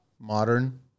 modern